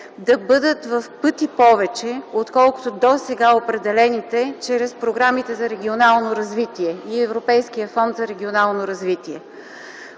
да бъдат в пъти повече, отколкото досега определените чрез програмите за регионално развитие и Европейския фонд за регионално развитие.